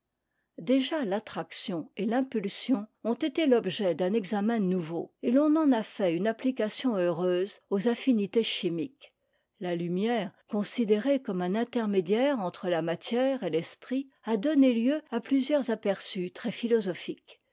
déjà l'attraction et l'impulsion ont été l'objet d'un examen nouveau et l'on en a fait une application heureuse aux affinités chimiques la lumière considérée comme un intermédiaire entre la matière et l'esprit a donné lieu a plusieurs aperçus